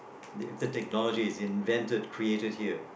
the technology is invented created here